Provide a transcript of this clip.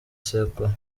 sekuru